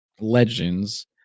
Legends